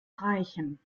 reichen